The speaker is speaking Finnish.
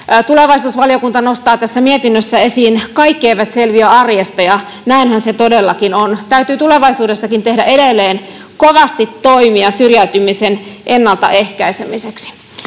Tulevaisuusvaliokunta nostaa tässä mietinnössä esiin, että kaikki eivät selviä arjesta, ja näinhän se todellakin on. Täytyy tulevaisuudessakin tehdä edelleen kovasti toimia syrjäytymisen ennaltaehkäisemiseksi.